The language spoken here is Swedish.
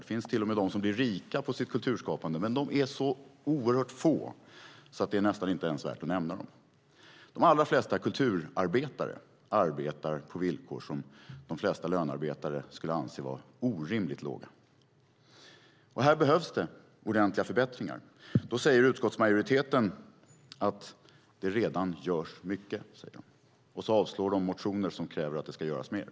Det finns till och med de som blir rika på sitt kulturskapande, men de är så oerhört få att det nästan inte ens är värt att nämna dem. De allra flesta kulturarbetare arbetar på villkor som de flesta lönearbetare skulle anse vara orimligt dåliga. Här behövs det ordentliga förbättringar. Då säger utskottsmajoriteten att det redan görs mycket, och så avslår de motioner som kräver att det ska göras mer.